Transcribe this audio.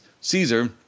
Caesar